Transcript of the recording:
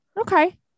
Okay